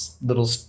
little